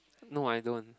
no I don't